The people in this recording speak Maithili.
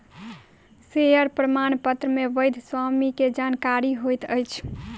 शेयर प्रमाणपत्र मे वैध स्वामी के जानकारी होइत अछि